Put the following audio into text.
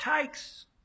takes